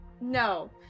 no